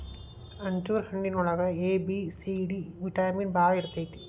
ಅಂಜೂರ ಹಣ್ಣಿನೊಳಗ A, B, C, D vitamin ಬಾಳ ಇರ್ತೈತಿ